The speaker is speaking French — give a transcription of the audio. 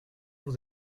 vous